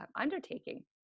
undertaking